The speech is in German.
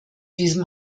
diesem